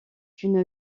une